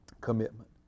commitment